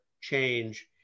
change